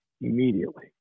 immediately